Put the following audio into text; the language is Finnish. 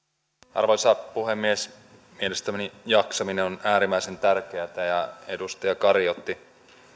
arvoisa puhemies mielestäni jaksaminen on äärimmäisen tärkeätä ja edustaja kari otti